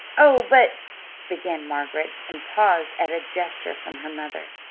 oh, but began margaret, and paused at a gesture from her mother.